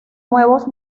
nuevos